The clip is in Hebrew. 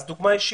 אז דוגמה אישית,